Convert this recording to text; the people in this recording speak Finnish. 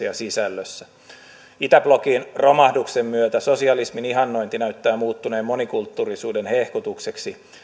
ja sisältöön itäblokin romahduksen myötä sosialismin ihannointi näyttää muuttuneen monikulttuurisuuden hehkutukseksi